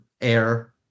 air